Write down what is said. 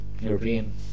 European